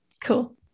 cool